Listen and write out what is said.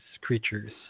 creatures